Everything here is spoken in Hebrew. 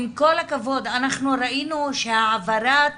עם כל הכבוד, אנחנו ראינו שהעברת